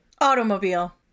automobile